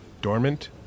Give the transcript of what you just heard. dormant